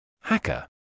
Hacker